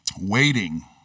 Waiting